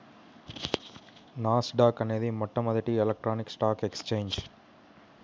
నాస్ dock అనేది మొట్టమొదటి electronic stock exchange